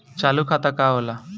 चालू खाता का होला?